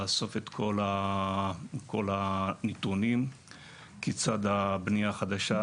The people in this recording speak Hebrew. לאסוף את כל הנתונים ולראות כיצד הבנייה החדשה